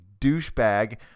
douchebag